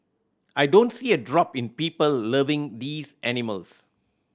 I don't see a drop in people loving these animals